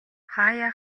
хааяа